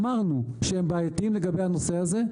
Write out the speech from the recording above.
אמרנו שהם בעייתיים לגבי הנושא הזה.